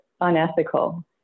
unethical